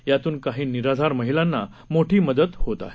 यातून काही निराधार महिलांना मोठी मदत होते आहे